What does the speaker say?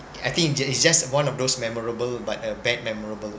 I think it just it's just one of those memorable but a bad memorable